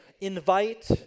invite